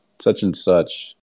such-and-such